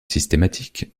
systématique